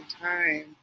time